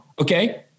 Okay